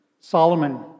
Solomon